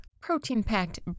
protein-packed